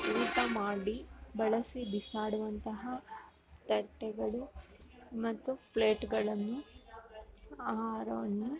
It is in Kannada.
ಊಟ ಮಾಡಿ ಬಳಸಿ ಬಿಸಾಡುವಂತಹ ತಟ್ಟೆಗಳು ಮತ್ತು ಪ್ಲೇಟುಗಳನ್ನು ಆಹಾರವನ್ನು